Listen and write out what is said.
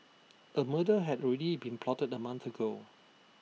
A murder had already been plotted A month ago